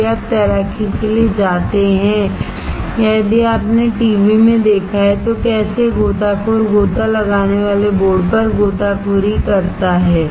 यदि आप तैराकी के लिए जाते हैं या यदि आपने टीवी में देखा है तो कैसे गोताखोर गोता लगाने वाले बोर्ड पर गोताखोरी करता है